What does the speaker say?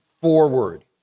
forward